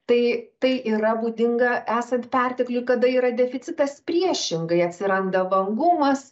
tai tai yra būdinga esant pertekliui kada yra deficitas priešingai atsiranda vangumas